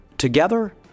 Together